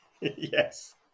Yes